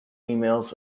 emails